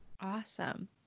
Awesome